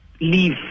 leave